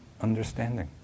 understanding